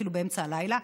אפילו באמצע הלילה,